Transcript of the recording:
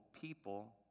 people